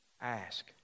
Ask